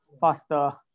faster